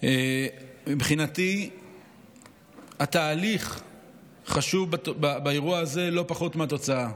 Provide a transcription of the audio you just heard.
מבחינתי התהליך חשוב באירוע הזה לא פחות מהתוצאה,